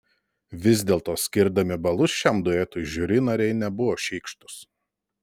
vis dėlto skirdami balus šiam duetui žiuri nariai nebuvo šykštūs